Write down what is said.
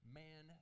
man